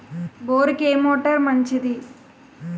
బోరుకి ఏ మోటారు మంచిది?